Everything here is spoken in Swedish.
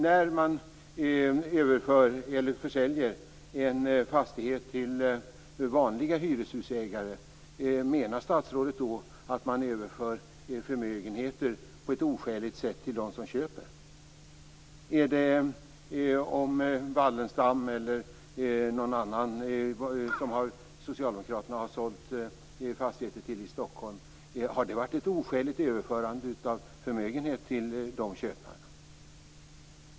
När man överför, eller försäljer, en fastighet till vanliga hyreshusägare, menar statsrådet då att man överför förmögenheter på ett oskäligt sätt till dem som köper? När det gäller Wallenstam eller någon annan som Socialdemokraterna har sålt fastigheter till i Stockholm - har det varit ett oskäligt överförande av förmögenhet till de köparna?